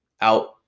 out